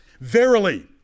verily